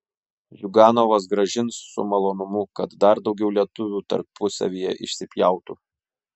ziuganovas grąžins su malonumu kad dar daugiau lietuvių tarpusavyje išsipjautų